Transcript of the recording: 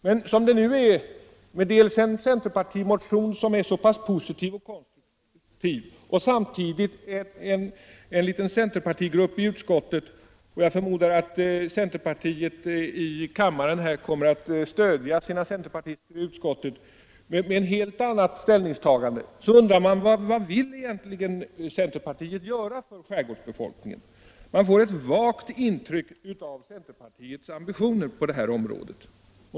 Men som det nu är, med dels en centerpartimotion som är så pass positiv och konstruktiv, dels en liten centerpartigrupp i utskottet med ett helt annat ställningstagande — och jag förmodar att centerpartisterna i kammaren kommer att stödja sina partikamrater i utskottet — undrar man: Vad vill egentligen centerpartiet göra för skärgårdsbefolkningen? Man får ett vagt intryck av centerpartiets ambitioner på det här området.